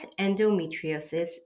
endometriosis